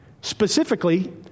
Specifically